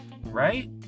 right